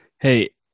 hey